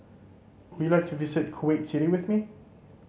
would you like to visit Kuwait City with me